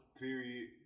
period